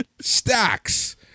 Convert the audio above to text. Stacks